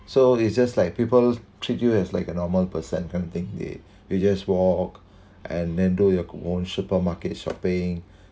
so it's just like people treat you as like a normal person kind of thing they will just walk and do your own supermarket shopping